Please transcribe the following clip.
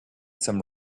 some